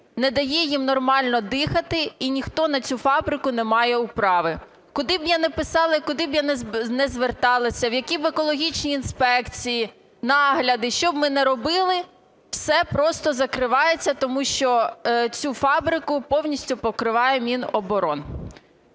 не дає їм нормально дихати, і ніхто на цю фабрику не має управи. Куди б я не писала і куди б я не зверталася, в які б екологічні інспекції, нагляди, що б ми не робили, все просто закривається, тому що цю фабрику повністю покриває Міноборони.